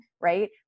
right